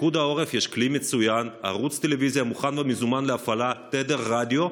לפיקוד העורף יש כלי מצוין ערוץ טלוויזיה מוכן ומזומן להפעלה ותדר רדיו.